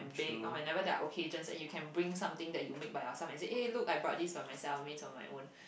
bake or whenever there are occasions and you can bring something that you make by yourself and say eh look I brought this by myself based on my own